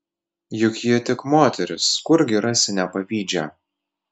juk ji tik moteris kurgi rasi nepavydžią